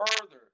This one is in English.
further